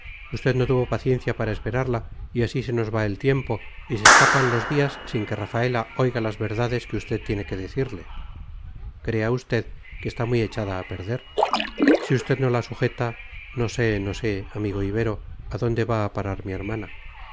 usted no tuvo paciencia para esperarla y así se nos va el tiempo y se escapan los días sin que rafaela oiga las verdades que usted tiene que decirle crea usted que está muy echada a perder si usted no la sujeta no sé no sé amigo ibero a dónde va a parar mi hermana